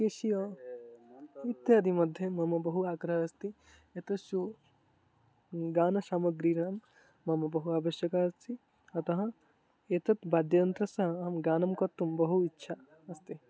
cashew इत्यादि मध्ये मम बहु आग्रः अस्ति यत् शो गानसामग्रीणाम् मम बहु आवश्यकता अस्ति अतः एतत् वाद्ययन्त्रस्य अहं गानं कर्तुं बहु इच्छा अस्ति